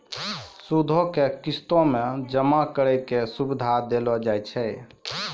सूदो के किस्तो मे जमा करै के सुविधा देलो जाय छै